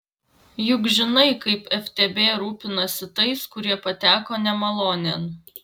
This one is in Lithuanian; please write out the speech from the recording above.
juk žinai kaip ftb rūpinasi tais kurie pateko nemalonėn